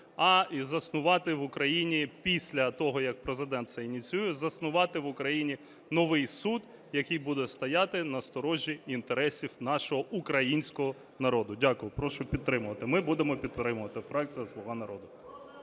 а і заснувати в Україні після того, як Президент це ініціює, заснувати в Україні новий суд, який буде стояти на сторожі інтересів нашого українського народу. Дякую. Прошу підтримати. Ми будемо підтримувати, фракція "Слуга народу".